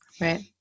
Right